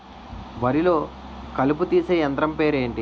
వరి లొ కలుపు తీసే యంత్రం పేరు ఎంటి?